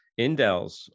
indels